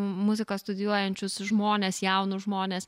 muziką studijuojančius žmones jaunus žmones